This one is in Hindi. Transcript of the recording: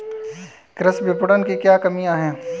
कृषि विपणन की क्या कमियाँ हैं?